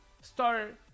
start